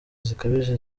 zikabije